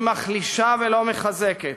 היא מחלישה ולא מחזקת.